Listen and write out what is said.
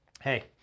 hey